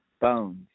Bones